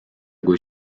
kui